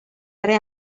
tre